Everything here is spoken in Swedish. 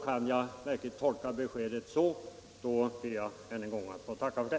Kan jag verkligen tolka beskedet så, ber jag än en gång att få tacka för det.